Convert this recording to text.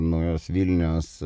naujos vilnios